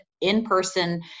in-person